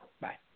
Bye